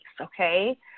okay